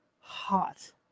hot